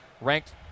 ranked